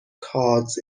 cards